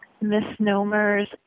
misnomers